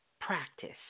practice